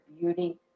beauty